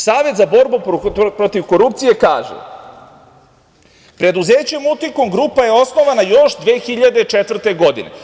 Savet za borbu protiv korupcije kaže – preduzeće „Multikom grupa“ je osnovano još 2004. godine.